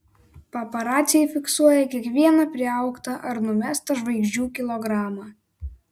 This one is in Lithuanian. paparaciai fiksuoja kiekvieną priaugtą ar numestą žvaigždžių kilogramą